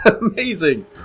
Amazing